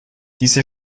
diese